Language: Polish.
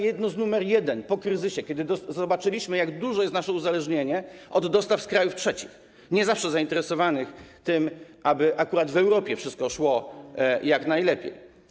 Jedno z zadań nr 1 po kryzysie, kiedy zobaczyliśmy, jak duże jest nasze uzależnienie od dostaw z krajów trzecich, nie zawsze zainteresowanych tym, aby akurat w Europie wszystko szło jak najlepiej.